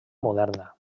moderna